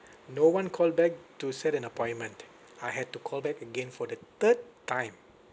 no one call back to set an appointment I had to call back again for the third time